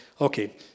okay